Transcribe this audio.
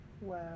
Wow